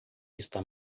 está